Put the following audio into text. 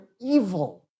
evil